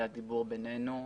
היה דיבור בינינו.